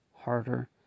harder